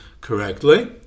correctly